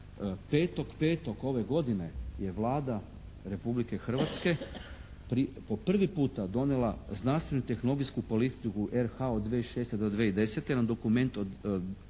facto 5.5. ove godine je Vlada Republike Hrvatske po prvi puta donijela znanstvenu tehnologijsku politiku RH od 2006. do 2010. na dokumentu od